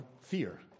fear